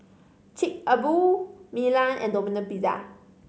Chic a Boo Milan and Domino Pizza